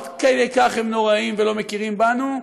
עד כדי כך הם נוראים ולא מכירים בנו.